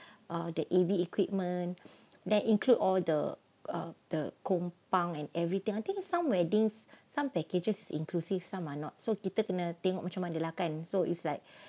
uh the A_V equipment that include all the err the kompang and everything I think some weddings some packages inclusive some are not so kita kena tengok macam mana lah kan so is like